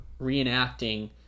reenacting